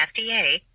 FDA